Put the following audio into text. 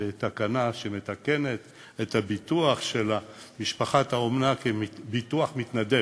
לתקנה שמתקנת את הביטוח של משפחת האומנה כביטוח מתנדב.